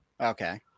Okay